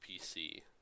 PC